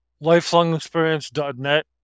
LifeLongExperience.net